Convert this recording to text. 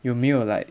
有没有 like